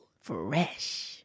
fresh